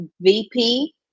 VP